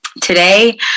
today